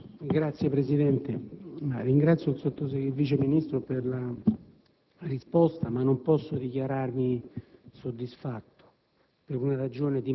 Signor Presidente, ringrazio la Vice ministro per la risposta, ma non posso dichiararmi soddisfatto